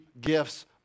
gifts